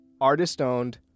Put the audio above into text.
Artist-owned